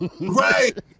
Right